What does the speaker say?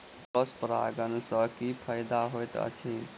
Cross परागण सँ की फायदा हएत अछि?